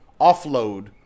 offload